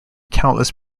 countless